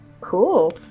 Cool